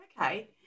Okay